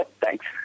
thanks